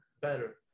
better